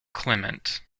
clemente